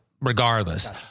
regardless